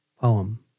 Poem